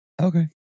Okay